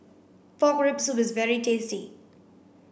pork rib soup is very tasty